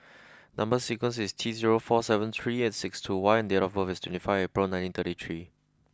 number sequence is T zero four seven three eight six two Y and date of birth is twenty five April nineteen thirty three